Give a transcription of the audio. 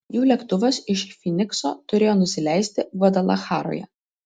jų lėktuvas iš fynikso turėjo nusileisti gvadalacharoje